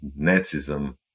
Nazism